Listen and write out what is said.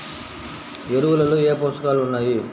ఎరువులలో ఏ పోషకాలు ఉన్నాయి?